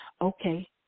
Okay